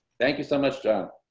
thank you so much, john,